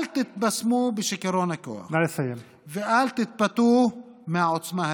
אל תתבשמו בשיכרון הכוח ואל תתפתו לעוצמה הרגעית.